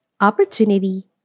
Opportunity